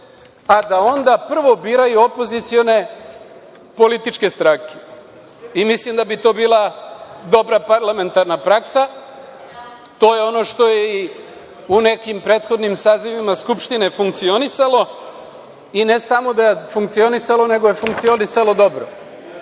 a da onda prvo biraju opozicione političke stranke. Mislim da bi to bila dobra parlamentarna praksa. To je ono što je i u nekim prethodnim sazivima Skupštine funkcionisalo i ne samo da je funkcionisalo, nego je funkcionisalo dobro. Još